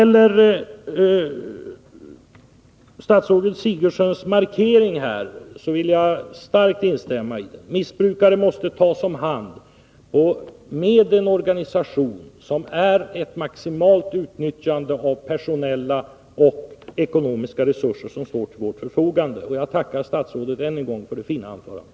Statsrådet Sigurdsens markering här vill jag kraftigt instämma i. Missbrukare måste tas om hand med en organisation som innebär ett maximalt utnyttjande av personella och ekonomiska resurser som står till vårt förfogande. Jag tackar statsrådet än en gång för det fina anförandet.